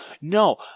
no